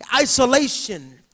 isolation